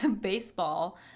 baseball